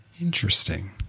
interesting